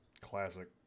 Classic